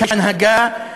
הנהגה של המדינה,